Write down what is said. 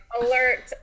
alert